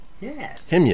Yes